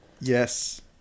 Yes